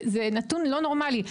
זה נתון לא נורמלי.